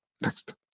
Next